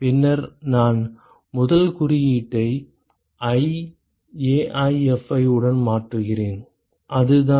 பின்னர் நான் முதல் குறியீட்டை i AiFi உடன் மாற்றுகிறேன் அதுதான்